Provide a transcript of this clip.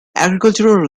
agricultural